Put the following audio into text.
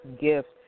gift